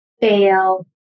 fail